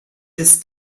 ist